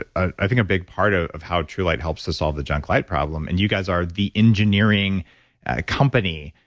ah i think, a big part of of how truelight helps to solve the junk light problem. and you guys are the engineering company,